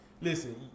listen